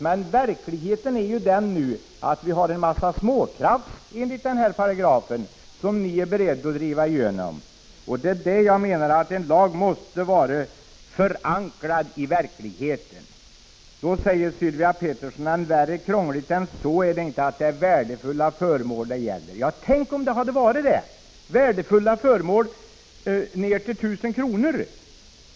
Men verkligheten är ju den att det blir en mängd småkrafs som kommer att omfattas av den här paragrafen, och det är ni beredda att driva igenom. Jag menar att en lag måste vara förankrad i verkligheten. Sylvia Pettersson säger också att det inte är krångligare än att det bara är värdefulla föremål det handlar om. Ja, tänk om det hade handlat om värdefulla föremål, föremål värda över 1 000 kr.!